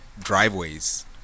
driveways